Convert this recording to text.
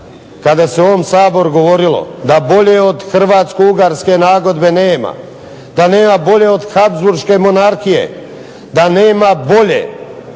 kada se u ovom Saboru govorilo da bolje od hrvatsko-ugarske nagodbe nema, da nema bolje od Habsburške monarhije, da nema bolje